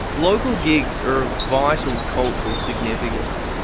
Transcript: local gigs are of vital cultural significance.